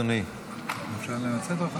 אדוני היושב-ראש,